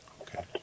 Okay